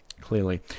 clearly